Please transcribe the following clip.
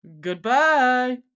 Goodbye